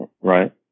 Right